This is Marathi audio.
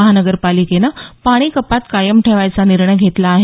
महानगरपालिकेनंन पाणी कपात कायम ठेवायचा निर्णय घेतला आहे